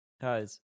guys